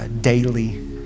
daily